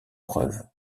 preuve